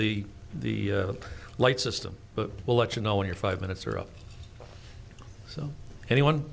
the the light system but we'll let you know when your five minutes are up so anyone